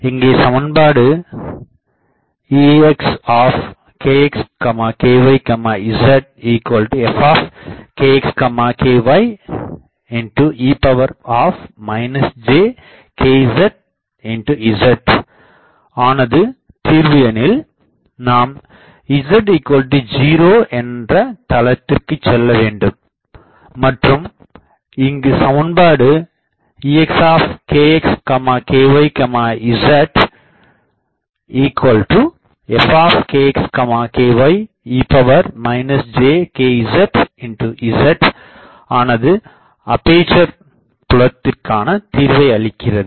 இங்கே சமன்பாடு Exkx ky zfkx kye jkz zஆனது தீர்வு எனில் நாம் "z0" என்ற தளத்திர்க்கு செல்லவேண்டும் மற்றும் இங்கு சமன்பாடு Exkx ky zfkx kye jkz zஆனது அப்பேசர் புலத்திர்க்காண தீர்வை அளிக்கிறது